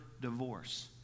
divorce